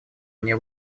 мне